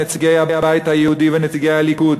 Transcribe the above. נציגי הבית היהודי ונציגי הליכוד,